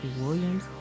Williams